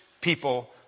people